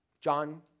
John